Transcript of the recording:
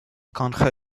contre